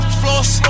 floss